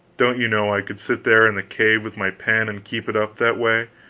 don't you know, i could sit there in the cave with my pen, and keep it up, that way,